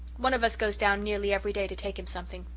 one of us goes down nearly every day to take him something.